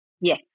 Yes